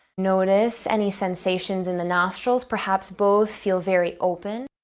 notice any sensations in the nostrils, perhaps both feel very open.